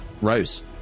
Rose